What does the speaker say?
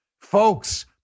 Folks